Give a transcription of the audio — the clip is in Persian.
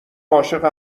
عاشق